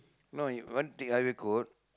no if you want to take highway code